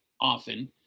often